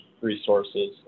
resources